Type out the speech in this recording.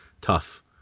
tough